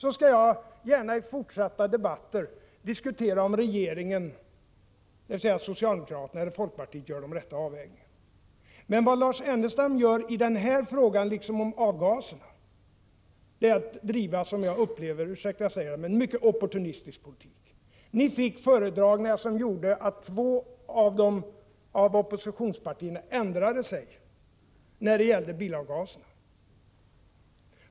Då skall jag gärna i fortsatta debatter diskutera om socialdemokraterna eller folkpartiet gör de rätta avvägningarna. Vad Lars Ernestam gör i den här frågan, liksom i frågan om avgaserna, är att driva vad jag uppfattar som en — ursäkta att jag säger det — mycket opportunistisk politik. Ni fick föredragningar som gjorde att två av oppositionspartierna ändrade sig när det gäller bilavgaserna.